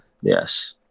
Yes